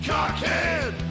Cockhead